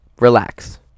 Relax